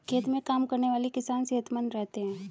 खेत में काम करने वाले किसान सेहतमंद रहते हैं